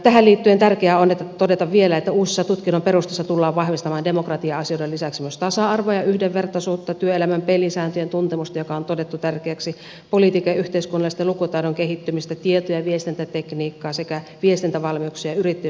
tähän liittyen tärkeää on todeta vielä että uusissa tutkinnon perusteissa tullaan vahvistamaan demokratia asioiden lisäksi myös tasa arvoa ja yhdenvertaisuutta työelämän pelisääntöjen tuntemusta joka on todettu tärkeäksi politiikan ja yhteiskunnallisen lukutaidon kehittymistä tieto ja viestintätekniikkaa sekä viestintävalmiuksia yrittäjyysosaamista ja niin edelleen